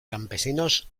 campesinos